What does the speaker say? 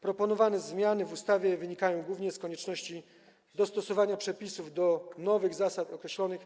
Proponowane zmiany w ustawie wynikają głównie z konieczności dostosowania przepisów do nowych zasad określonych